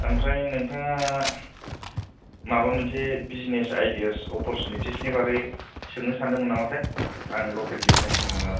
आमफ्राय नोंथाङा माबा मोनसे बिजनेस आइडियास अपरचुनिटिसनि बारै सोंनो सान्दोंमोन नामा थाय आं लकेल बिजनेसमेन नालाय